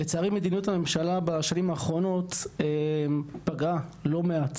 לצערי מדיניות הממשלה בשנים האחרונות פגעה לא מעט